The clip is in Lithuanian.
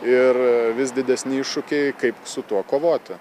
ir vis didesni iššūkiai kaip su tuo kovoti